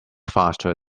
faster